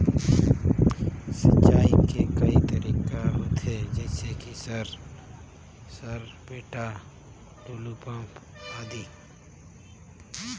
सिंचाई के कई तरीका होथे? जैसे कि सर सरपैट, टुलु पंप, आदि?